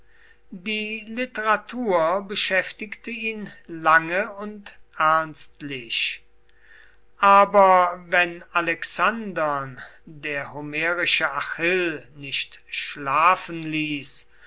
die literatur beschäftigte ihn lange und ernstlich aber wenn alexandern der homerische achill nicht schlafen ließ